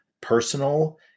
personal